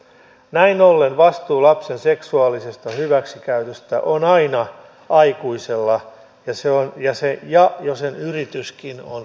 näin ollen vastuu lapsen seksuaalisesta hyväksikäytöstä on aina aikuisella ja jo sen yrityskin on rikos